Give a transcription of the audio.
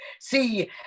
See